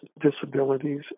disabilities